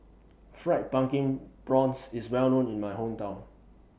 Fried Pumpkin Prawns IS Well known in My Hometown